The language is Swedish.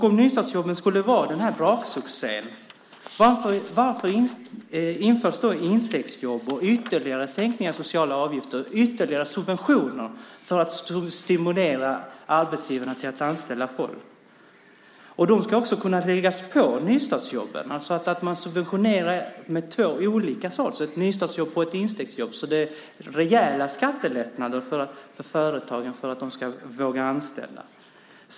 Om nystartsjobben skulle vara den här braksuccén, varför införs då instegsjobb och ytterligare sänkningar av sociala avgifter, ytterligare subventioner för att stimulera arbetsgivarna till att anställa folk? De ska också kunna läggas på nystartsjobben, alltså så man subventionerar två olika saker, nystartsjobb på ett instegsjobb. Det är rejäla skattelättnader för företagen så att de ska våga anställa.